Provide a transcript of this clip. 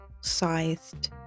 sized